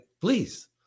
please